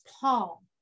paul